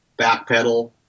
backpedal